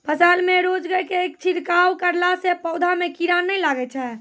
फसल मे रोगऽर के छिड़काव करला से पौधा मे कीड़ा नैय लागै छै?